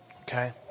Okay